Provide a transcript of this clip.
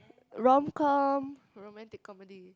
romcom romantic comedy